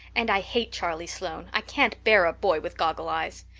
and i hate charlie sloane, i can't bear a boy with goggle eyes.